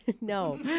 No